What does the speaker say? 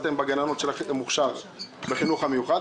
אם בגננות של המוכש"ר בחינוך המיוחד.